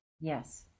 Yes